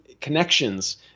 connections